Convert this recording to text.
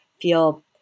feel